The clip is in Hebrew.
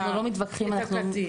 איפה האיזון?